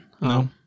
No